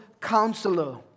counselor